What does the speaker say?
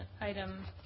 item